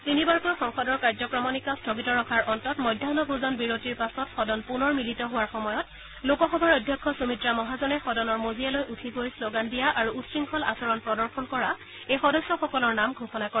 তিনিবাৰকৈ সদনৰ কাৰ্যক্ৰমণিকা স্থগিত ৰখাৰ অন্তত মধ্যাহ্হা ভোজন বিৰতিৰ পাছত সদন পুনৰ মিলিত হোৱাৰ সময়ত লোকসভাৰ অধ্যক্ষ সুমিত্ৰা মহাজনে সদনৰ মজিয়ালৈ উঠি গৈ শ্লোগান দিয়াত আৰু উশৃংখল আচৰণ প্ৰদৰ্শন কৰা এই সদস্যসকলৰ নাম ঘোষণা কৰে